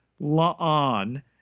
La'an